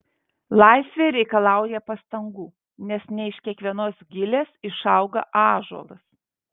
laisvė reikalauja pastangų nes ne iš kiekvienos gilės išauga ąžuolas